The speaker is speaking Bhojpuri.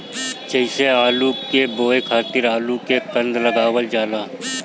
जइसे आलू के बोए खातिर आलू के कंद लगावल जाला